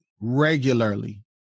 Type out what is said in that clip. regularly